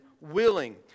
willing